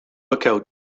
lookout